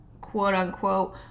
quote-unquote